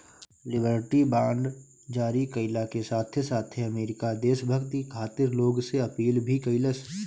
liberty bond जारी कईला के साथे साथे अमेरिका देशभक्ति खातिर लोग से अपील भी कईलस